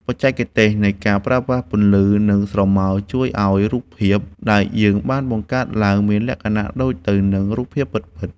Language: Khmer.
បច្ចេកទេសនៃការប្រើប្រាស់ពន្លឺនិងស្រមោលជួយធ្វើឱ្យរូបភាពដែលយើងបានបង្កើតឡើងមានលក្ខណៈដូចទៅនឹងរូបភាពពិតៗ។